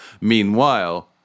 meanwhile